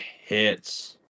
hits